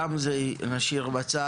גם את זה נשאיר בצד.